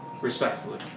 Respectfully